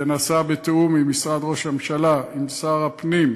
זה נעשה בתיאום עם משרד ראש הממשלה, עם שר הפנים,